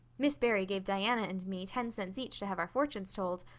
miss barry gave diana and me ten cents each to have our fortunes told.